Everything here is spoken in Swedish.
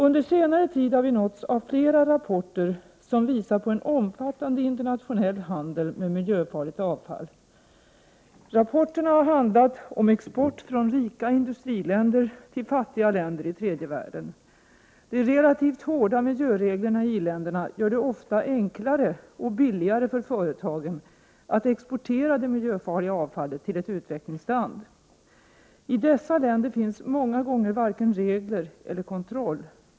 Under senare tid har vi nåtts av flera rapporter som visar på en omfattande internationell handel med miljöfarligt avfall. Rapporterna har handlat om export från rika industriländer till fattiga länder i tredje världen. De relativt hårda miljöreglerna i i-länderna gör det ofta enklare och billigare för företagen att exportera det miljöfarliga avfallet till ett utvecklingsland. I dessa länder finns många gånger varken regler eller kontroll.